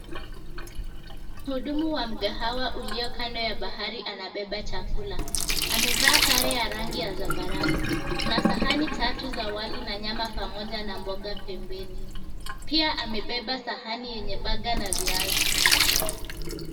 Mhudumu wa mgahawa ulio kando ya bahari anabeba chakula. Amevaa sare ya rangi ya zambarau. Kuna sahani tatu za wali na nyama pamoja na mboga pembeni. Pia amebeba sahani yenye burger na viazi.